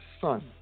son